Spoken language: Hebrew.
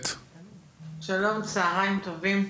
שלום, צוהריים טובים,